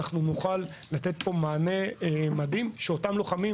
נוכל לתת מענה מדהים ואותם לוחמים